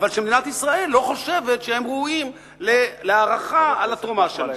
אבל מדינת ישראל לא חושבת שהם ראויים להערכה על התרומה שלהם.